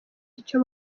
icyo